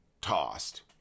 tossed